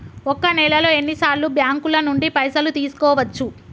ఒక నెలలో ఎన్ని సార్లు బ్యాంకుల నుండి పైసలు తీసుకోవచ్చు?